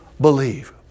believe